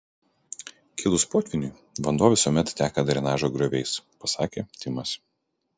kilus potvyniui vanduo visuomet teka drenažo grioviais pasakė timas